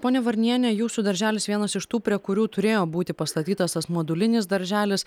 ponia varniene jūsų darželis vienas iš tų prie kurių turėjo būti pastatytas tas modulinis darželis